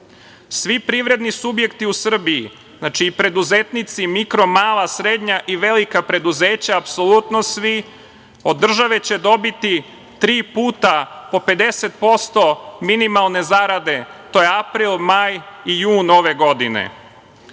privredni subjekti u Srbiji, znači i preduzetnici i mikro, mala, srednja i velika preduzeća, apsolutno svi od države će dobiti tri puta po 50% minimalne zarade. To je april, maj i jun ove godine. Pored